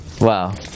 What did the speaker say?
Wow